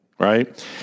Right